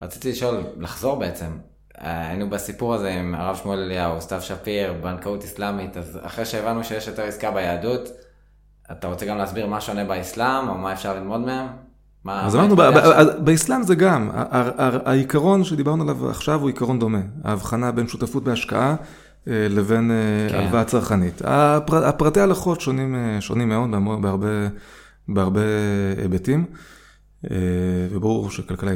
רציתי לשאול, לחזור בעצם, היינו בסיפור הזה עם הרב שמואל אליהו, סתיו שפיר, בנקאות איסלמית, אז אחרי שהבנו שיש יותר עסקה ביהדות, אתה רוצה גם להסביר מה שונה באסלאם, או מה אפשר ללמוד מהם? מה זה מה נובע? באסלאם זה גם, העיקרון שדיברנו עליו עכשיו הוא עיקרון דומה. ההבחנה בין שותפות בהשקעה לבין הלוואה הצרכנית. הפרטי ההלכות שונים מאוד בהרבה היבטים, וברור שכלכלי,